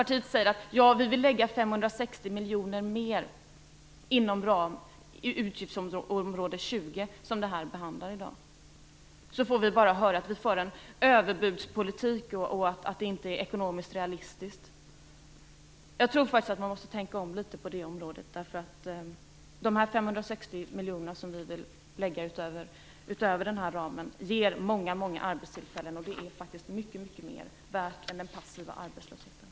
När vi i Vänsterpartiet vill lägga 560 miljoner mer utöver ramen för utgiftsområde 20, som vi i dag behandlar, får vi bara höra att vi för en överbudspolitik och att det inte är ekonomiskt realistiskt. Jag tror att man måste tänka om litet på det området. Dessa 560 miljoner som vi vill lägga utöver ramen ger många arbetstillfällen, och det är mycket mer värt än den passiva arbetslösheten.